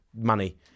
money